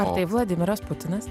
ar tai vladimiras putinas